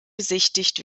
besichtigt